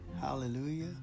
hallelujah